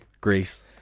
Greece